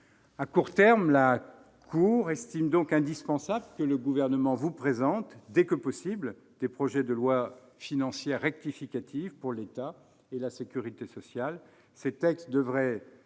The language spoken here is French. À court terme, la Cour estime donc indispensable que le Gouvernement vous présente, dès que possible, des projets de lois financières rectificatives pour l'État et la sécurité sociale.